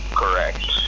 correct